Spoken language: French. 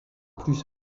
plus